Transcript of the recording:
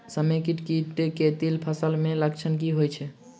समेकित कीट केँ तिल फसल मे लक्षण की होइ छै?